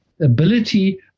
ability